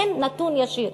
אין נתון ישיר.